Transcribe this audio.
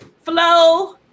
Flow